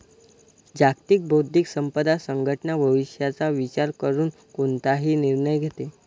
जागतिक बौद्धिक संपदा संघटना भविष्याचा विचार करून कोणताही निर्णय घेते